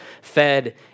fed